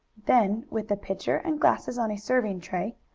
then with the pitcher and glasses on a serving tray,